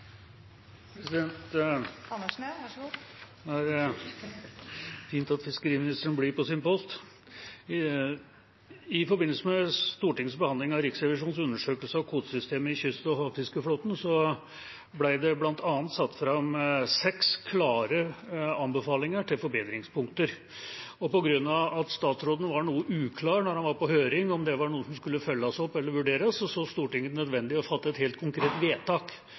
Riksrevisjonens undersøkelse av kvotesystemet i kyst- og havfiskeflåten ble det bl.a. satt fram seks klare anbefalinger til forbedringspunkter. På grunn av at statsråden var noe uklar da han var på høring, om det var noe som skulle følges opp eller vurderes, så Stortinget det nødvendig å fatte et helt konkret vedtak